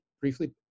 briefly